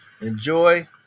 Enjoy